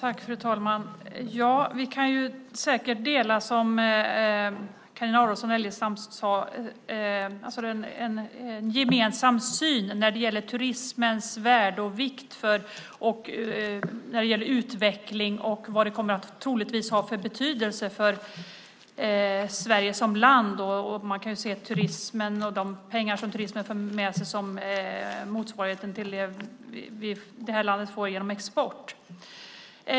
Fru talman! Vi kan, som Carina Adolfsson Elgestam sade, säkert dela en gemensam syn när det gäller turismens värde och vikt när det gäller utveckling och vad turismen troligtvis kommer att ha för betydelse för Sverige som land. Man kan ju se turismen och de pengar som den för med sig som motsvarigheten till vad landet får genom export.